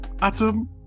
Atom